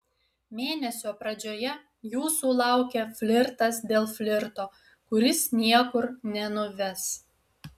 mėnesio pradžioje jūsų laukia flirtas dėl flirto kuris niekur nenuves